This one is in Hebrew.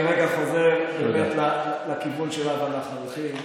אני רגע חוזר לכיוון שאליו אנחנו הולכים.